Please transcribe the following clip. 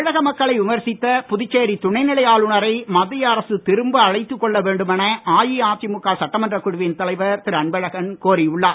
தமிழக மக்களை விமர்சித்த புதுச்சேரி துணை நிலை ஆளுநரை மத்திய அரசு திரும்ப அழைத்துக் கொள்ள வேண்டுமென அஇஅதிமுக சட்டமன்றக் குழுவின் தலைவர் திரு அன்பழகன் கோரி உள்ளார்